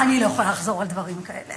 אני לא יכולה לחזור על דברים כאלה.